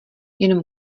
jenom